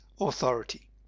authority